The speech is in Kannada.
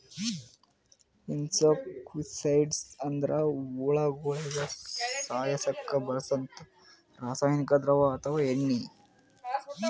ಇನ್ಸೆಕ್ಟಿಸೈಡ್ಸ್ ಅಂದ್ರ ಹುಳಗೋಳಿಗ ಸಾಯಸಕ್ಕ್ ಬಳ್ಸಂಥಾ ರಾಸಾನಿಕ್ ದ್ರವ ಅಥವಾ ಎಣ್ಣಿ